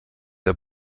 der